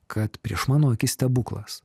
kad prieš mano akis stebuklas